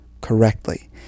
correctly